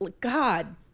God